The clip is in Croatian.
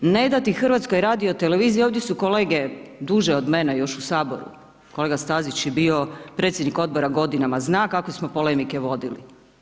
Ne dati HRT-u, ovdje su kolege duže od mene još u Saboru, kolega Stazić je bio predsjednik Odbora godinama, zna kakve smo polemike vodili.